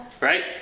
Right